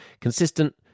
consistent